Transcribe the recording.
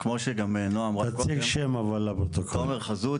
תומר חזות,